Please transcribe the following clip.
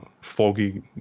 foggy